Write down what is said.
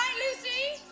lucy